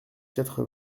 quatre